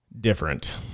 different